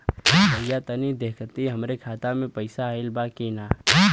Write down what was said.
भईया तनि देखती हमरे खाता मे पैसा आईल बा की ना?